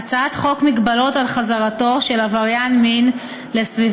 בהצעת חוק מגבלות על חזרתו של עבריין מין לסביבת